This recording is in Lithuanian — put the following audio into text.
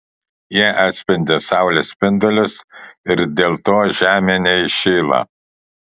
jie atspindi saulės spindulius ir dėl to žemė neįšyla